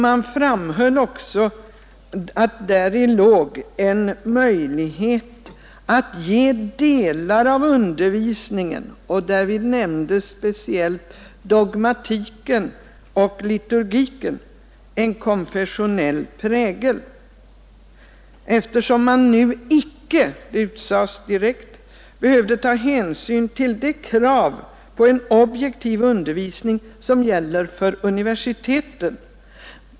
Man framhöll också att däri låg en möjlighet att ge delar av undervisningen — och därvid nämndes speciellt dogmatiken och liturgiken — en konfessionell prägel, eftersom man nu icke — det utsades direkt — behövde ta hänsyn till de krav på en objektiv undervisning som gäller för universiteten.